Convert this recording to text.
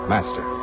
Master